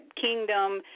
kingdom